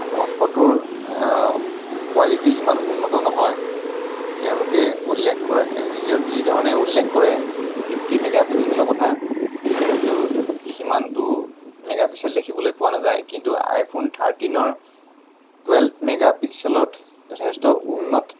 ফটোৰ কোৱালিটি ইমান উন্নত নহয় তেওঁলোকে উল্লেখ কৰা যিজ যি ধৰণে উল্লেখ কৰে ফিফটি মেগা পিক্সেলৰ কথা কিন্তু সিমানটো মেগা পিক্সেল দেখিবলৈ পোৱা নাযায় কিন্তু আইফোন থাৰ্টিনৰ টুৱেলভ মেগা পিক্সেলত যথেষ্ট উন্নত